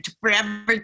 Forever